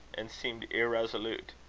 and seemed irresolute.